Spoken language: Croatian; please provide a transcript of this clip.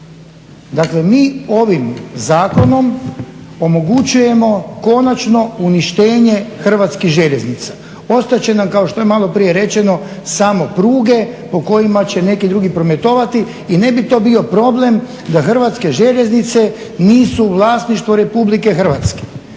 Dakle, mi ovim zakonom omogućujemo konačno uništenje Hrvatskih željeznica, ostat će nam kao što je maloprije rečeno samo pruge po kojima će neki drugi prometovati i ne bi to bio problem da Hrvatske željeznice nisu u vlasništvu Republike Hrvatske.